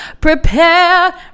Prepare